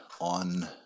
on